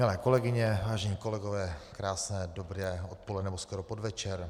Milé kolegyně, vážení kolegové, krásné dobré odpoledne, nebo skoro podvečer.